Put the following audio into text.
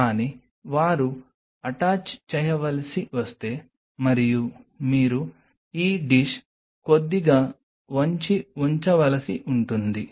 కానీ వారు అటాచ్ చేయవలిసి వస్తే మరియు మీరు ఈ డిష్ కొద్దిగా వంచి ఉంచాలిసివుంటుంది